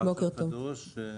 אני אשר קדוש,